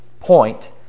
point